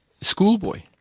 schoolboy